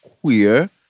queer